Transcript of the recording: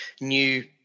new